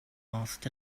asked